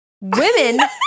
Women